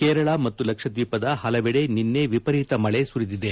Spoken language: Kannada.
ಕೇರಳ ಮತ್ತು ಲಕ್ಷದ್ವೀಪದ ಹಲವೆಡೆ ನಿನ್ನೆ ವಿಪರೀತ ಮಳೆ ಸುರಿದಿದೆ